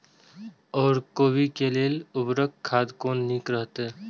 ओर कोबी के लेल उर्वरक खाद कोन नीक रहैत?